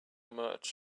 much